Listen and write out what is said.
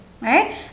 right